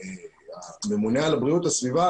ממונה על בריאות הסביבה